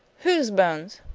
whose bones?